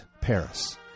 Paris